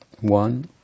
One